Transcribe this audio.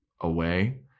away